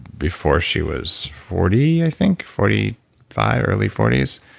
before she was forty, i think forty five, early forty s,